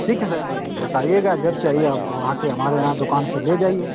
ठीक है सर बताइएगा जब चाहिए आप वहाँ आके हमारे यहाँ दुकान से ले जाइए